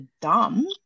dumb